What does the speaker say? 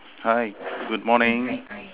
hi good morning